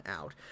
out